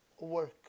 work